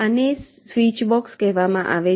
આને switch box કહેવામાં આવે છે